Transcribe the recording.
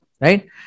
right